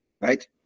Right